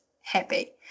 happy